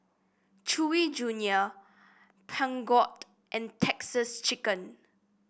Chewy Junior Peugeot and Texas Chicken